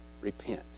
Repent